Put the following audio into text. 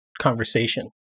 conversation